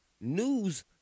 news